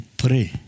pray